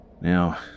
Now